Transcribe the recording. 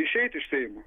išeit iš seimo